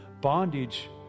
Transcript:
Bondage